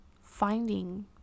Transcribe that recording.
finding